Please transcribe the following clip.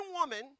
woman